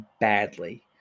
badly